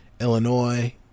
Illinois